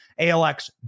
ALX